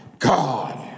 God